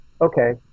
okay